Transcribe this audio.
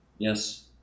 Yes